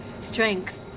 strength